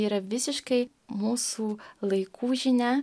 yra visiškai mūsų laikų žinia